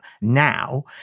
now